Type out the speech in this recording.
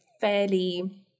fairly